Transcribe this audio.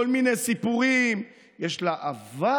כל מיני סיפורים: יש לה עבר,